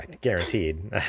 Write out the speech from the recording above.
Guaranteed